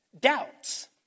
doubts